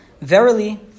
Verily